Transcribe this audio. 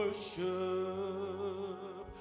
worship